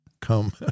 come